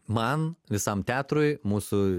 man visam teatrui mūsų